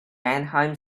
mannheim